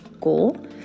goal